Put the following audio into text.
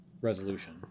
resolution